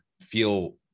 feel